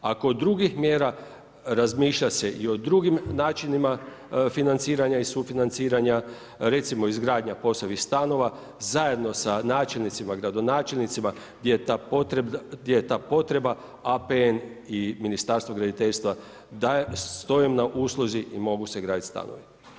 A kod drugih mjera razmišlja se i o drugim načinima financiranja i sufinanciranja, recimo izgradnja POS-ovih stanova, zajedno sa načelnicima, gradonačelnicima gdje je ta potreba APN i Ministarstvo graditeljstva, stojim na usluzi i mogu se graditi stanovi.